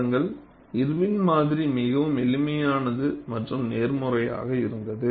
பாருங்கள் இர்வின் மாதிரி மிகவும் எளிமையானது மற்றும் நேர்முறையாக இருந்தது